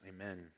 amen